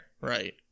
Right